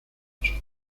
sus